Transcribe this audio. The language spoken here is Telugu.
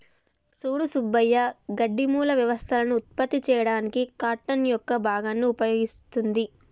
సూడు సుబ్బయ్య గడ్డి మూల వ్యవస్థలను ఉత్పత్తి చేయడానికి కార్టన్ యొక్క భాగాన్ని ఉపయోగిస్తుంది